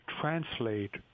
translate